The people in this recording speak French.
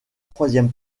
troisième